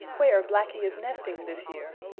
where blacky is nesting this year.